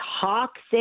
toxic